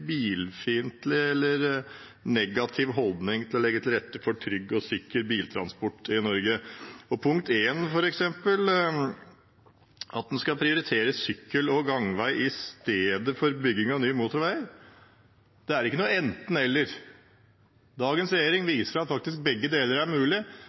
bilfiendtlighet eller negativ holdning til å legge til rette for trygg og sikker biltransport i Norge. Til punkt 1, f.eks., at en skal prioritere sykkel- og gangvei i stedet for bygging av ny motorvei: Det er ikke noe enten eller. Dagens regjeringen viser at begge deler faktisk er mulig.